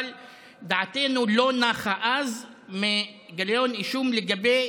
אבל דעתנו לא נחה אז מגיליון אישום לגבי